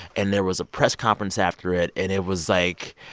and there was a press conference after it and it was, like,